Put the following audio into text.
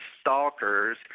stalkers